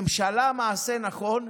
ממשלה, מעשה נכון,